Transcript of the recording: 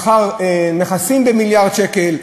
שמכר נכסים במיליארד שקל,